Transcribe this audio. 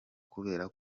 kubera